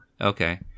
Okay